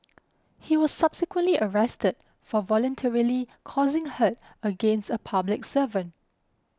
he was subsequently arrested for voluntarily causing hurt against a public servant